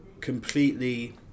completely